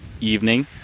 evening